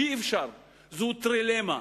זו טרילמה.